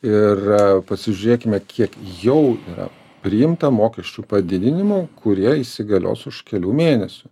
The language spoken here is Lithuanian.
ir pasižiūrėkime kiek jau yra priimta mokesčių padidinimų kurie įsigalios už kelių mėnesių